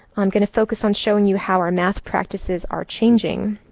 i'm going to focus on showing you how our math practices are changing.